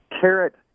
carrot